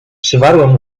przywarłem